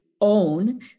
own